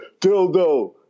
dildo